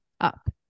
up